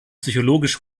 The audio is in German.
psychologisch